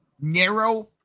narrow